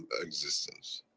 existence.